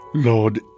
Lord